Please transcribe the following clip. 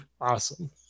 awesome